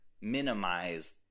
minimize